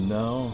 now